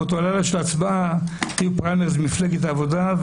ובאותו לילה של ההצבעה היו פריימריז במפלגת העבודה,